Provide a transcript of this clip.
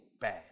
bad